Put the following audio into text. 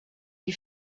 des